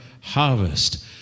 harvest